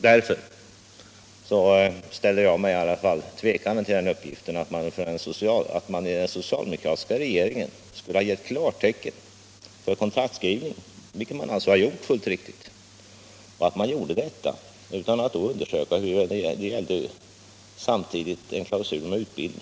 Därför ställer jag mig tvivlande till uppgiften att man i den socialdemokratiska regeringen skulle ha gett klartecken för kontraktskrivning —- vilket man alltså har gjort, fullt riktigt — utan att undersöka om det samtidigt gällde en klausul om utbildning.